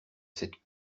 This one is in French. cette